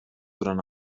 durant